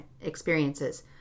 experiences